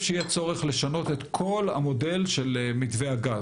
לדעתי, יהיה צורך לשנות את כל המודל של מתווה הגז.